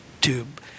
Tube